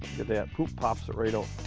at that! pops it right out!